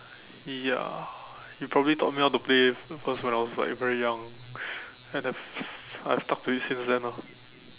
ya he probably taught me how to play because when I was like very young and I've I've stuck to it since then ah